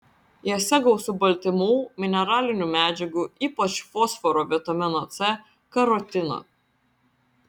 juose gausu baltymų mineralinių medžiagų ypač fosforo vitamino c karotino